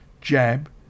jab